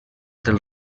del